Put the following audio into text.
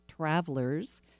Travelers